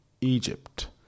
Egypt